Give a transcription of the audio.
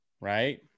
Right